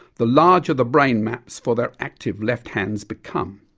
the larger the brain maps for their active left hands become.